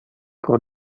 pro